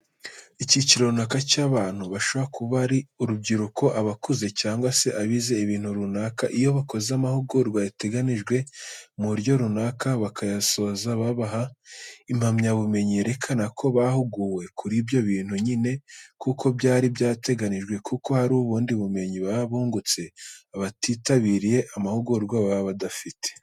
Icyiciro runaka cy'abantu, bashobora kuba ari urubyiruko, abakuze se, cyangwa abize ibintu runaka iyo bakoze amahugurwa yateganijwe mu buryo runaka bakayasoza babaha impamyabumenyi yerekana ko bahuguwe kuri byo bintu nyine nk'uko byari byateganijwe, kuko hari ubundi bumenyi baba bungutse abatitabiriye amahugurwa baba badafite.